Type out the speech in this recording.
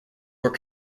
were